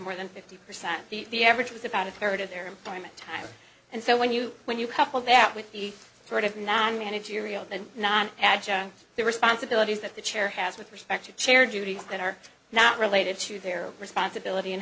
more than fifty percent the average was about a third of their employment time and so when you when you couple that with the sort of nine managerial than nine adjunct the responsibilities that the chair has with respect to chair duties that are not related to their responsibility in